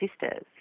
sisters